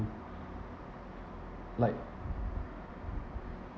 like